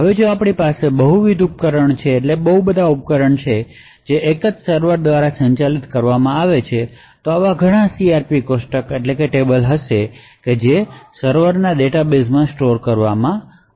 હવે જો આપણી પાસે બહુવિધ ઉપકરણો છે જે એક જ સર્વર દ્વારા સંચાલિત છે તો આવા ઘણાં CRP કોષ્ટકો હશે જે સર્વર ડેટાબેસમાં સ્ટોર કરવા માટે જરૂરી છે